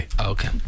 Okay